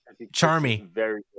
Charmy